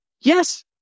yes